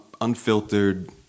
Unfiltered